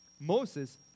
Moses